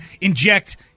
inject